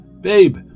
Babe